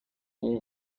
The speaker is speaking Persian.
اون